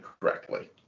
correctly